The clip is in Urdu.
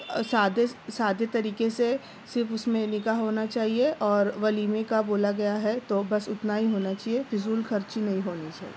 سادہ سادہ طریقے سے صرف اُس میں نکاح ہونا چاہیے اور ولیمے کا بولا گیا ہے تو بس اتنا ہی ہونا چاہیے فضول خرچی نہیں ہونی چاہیے